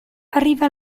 arriva